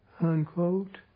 unquote